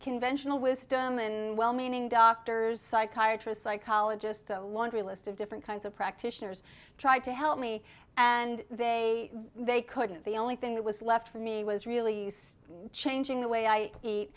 conventional wisdom and well meaning doctors psychiatry a psychologist a laundry list of different kinds of practitioners tried to help me and they they couldn't the only thing that was left for me was really changing the way i eat